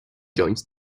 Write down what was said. joins